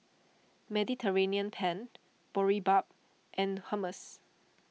Mediterranean Penne Boribap and Hummus